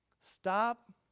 stop